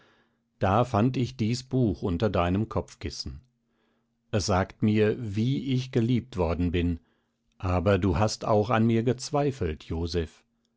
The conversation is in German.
da fand ich dies buch unter deinem kopfkissen es sagt mir wie ich geliebt worden bin aber du hast auch an mir gezweifelt joseph